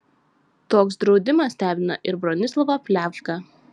toks draudimas stebina ir bronislovą pliavgą